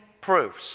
proofs